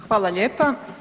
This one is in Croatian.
Hvala lijepa.